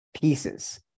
pieces